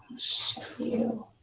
show you